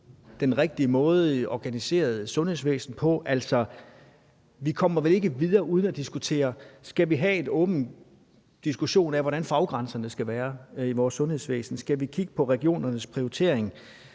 den rigtige måde, altså organiserer sundhedsvæsenet på den rigtige måde? Altså, vi kommer vel ikke videre uden at diskutere, om vi skal have en åben diskussion af, hvordan faggrænserne skal være i vores sundhedsvæsen, om vi skal kigge på regionernes prioritering,